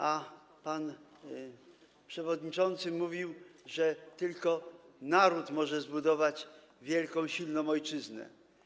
A pan przewodniczący mówił, że tylko naród może zbudować wielką, silną ojczyznę.